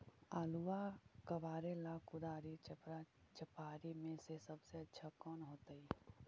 आलुआ कबारेला कुदारी, चपरा, चपारी में से सबसे अच्छा कौन होतई?